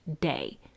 day